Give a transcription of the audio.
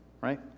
right